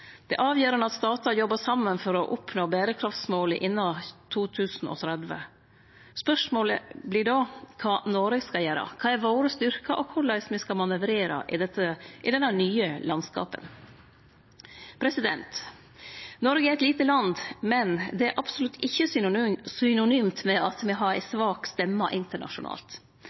Det er avgjerande at statar jobbar saman for å oppnå berekraftsmåla innan 2030. Spørsmålet vert då kva Noreg skal gjere. Kva er våre styrkar, og korleis skal me manøvrere i dette nye landskapet? Noreg er eit lite land, men det er absolutt ikkje synonymt med at me har ei svak stemme internasjonalt.